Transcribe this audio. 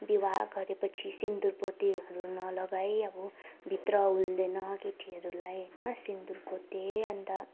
विवाह गरेपछि सिन्दुर पोतेहरू नलगाइ अब भित्र हुल्दैन केटीहरूलाई होइन सिन्दुर पोते अन्त